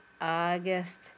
August